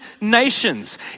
nations